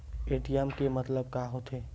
ATM के मतलब का होथे?